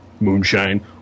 moonshine